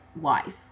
wife